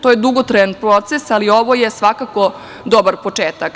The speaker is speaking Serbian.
To je dugotrajan proces, ali ovo je svakako dobar početak.